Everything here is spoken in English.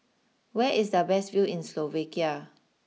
where is the best view in Slovakia